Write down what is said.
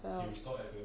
well